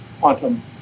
Quantum